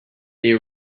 they